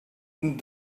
and